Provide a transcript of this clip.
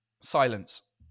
Silence